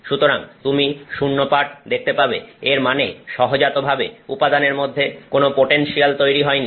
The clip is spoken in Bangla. সুতরাং তুমি শূন্য পাঠ দেখতে পাবে এর মানে সহজাতভাবে উপাদানের মধ্যে কোন পোটেনসিয়াল তৈরি হয়নি